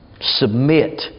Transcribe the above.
submit